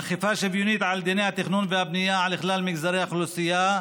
אכיפה שוויונית של דיני התכנון והבנייה על כלל מגזרי האוכלוסייה,